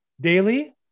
Daily